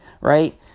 right